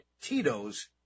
Tito's